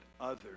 others